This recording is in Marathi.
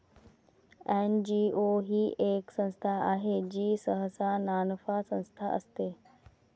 एन.जी.ओ ही एक संस्था आहे जी सहसा नानफा संस्था असते